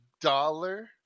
dollar